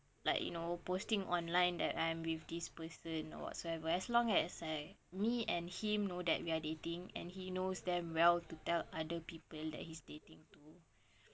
like you know posting online that I'm with this person or whatsoever as long as like me and him know that we're dating and he knows them well to tell other people that he's dating too